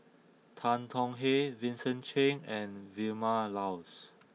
Tan Tong Hye Vincent Cheng and Vilma Laus